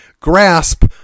grasp